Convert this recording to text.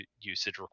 usage